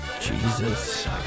Jesus